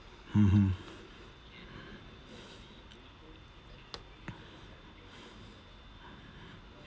mmhmm